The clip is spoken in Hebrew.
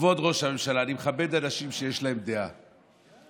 אני מכבד אנשים שיש להם דעה,